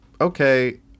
okay